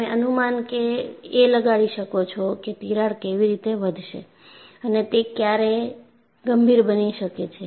તમે અનુમાન એ લગાડી શકો છો કે તિરાડ કેવી રીતે વધશે અને તે ક્યારે ગંભીર બની શકે છે